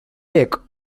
back